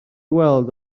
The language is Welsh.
weld